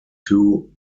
two